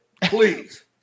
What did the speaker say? please